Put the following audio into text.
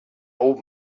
old